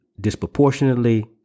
disproportionately